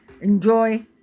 Enjoy